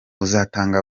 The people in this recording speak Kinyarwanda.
uzatanga